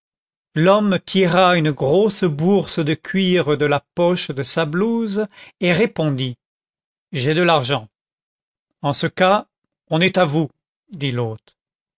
l'homme tira une grosse bourse de cuir de la poche de sa blouse et répondit j'ai de l'argent en ce cas on est à vous dit l'hôte